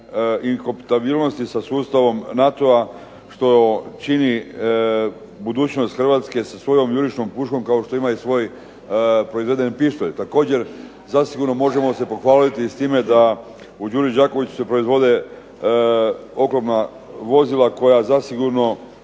i kompatibilnosti sa sustavom NATO-a što čini budućnost Hrvatske sa svojom jurišnom puškom kao što ima i svoj proizveden pištolj. Također, zasigurno se možemo pohvaliti s time da u Đuri Đakoviću se proizvode ogromna vozila koja zasigurno